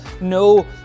No